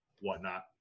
whatnot